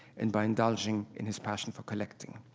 and by indulging in his passion for collecting.